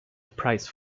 price